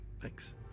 Thanks